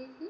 mmhmm